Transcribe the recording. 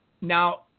Now